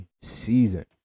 season